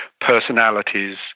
personalities